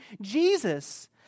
Jesus